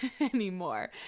anymore